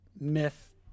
myth